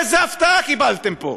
איזו הפתעה קיבלתם פה.